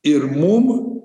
ir mum